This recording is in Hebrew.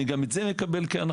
אני גם את זה מקבל כהנחה.